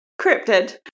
cryptid